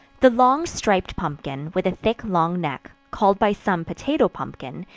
the long striped pumpkin, with a thick long neck, called by some potato pumpkin,